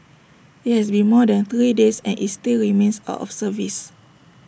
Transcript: IT has been more than three days and is still remains out of service